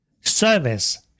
service